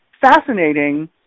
fascinating